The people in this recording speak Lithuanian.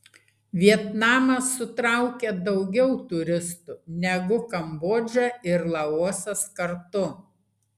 vietnamas sutraukia daugiau turistų negu kambodža ir laosas kartu